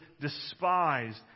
despised